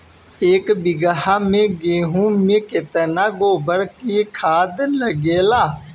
एक बीगहा गेहूं में केतना गोबर के खाद लागेला?